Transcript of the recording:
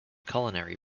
culinary